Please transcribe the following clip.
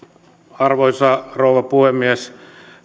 arvoisa rouva puhemies